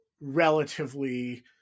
relatively